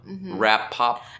rap-pop